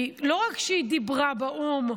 לא רק שהיא דיברה באו"ם,